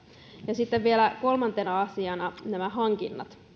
ja sitten vielä kolmantena asiana nämä hankinnat